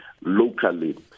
locally